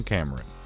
Cameron